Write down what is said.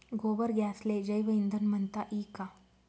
गोबर गॅसले जैवईंधन म्हनता ई का?